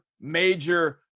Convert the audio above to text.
major